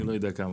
אני לא יודע כמה.